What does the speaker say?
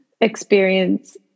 experience